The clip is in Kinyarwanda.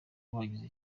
wagize